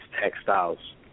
textiles